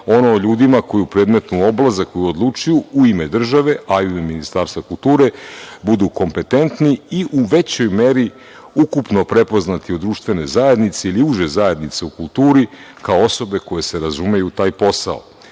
ono o ljudima koji za predmetnu oblast za koju odlučuju u ime države, a i u ime Ministarstva kulture, budu kompetentni i u većoj meri ukupno prepoznati u društvenoj zajednici ili užoj zajednici u kulturi kao osobe koje se razumeju u taj